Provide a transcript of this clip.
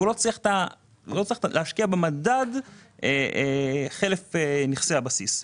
הוא לא צריך להשקיע במדד חלף נכסי הבסיס.